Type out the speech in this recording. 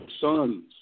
sons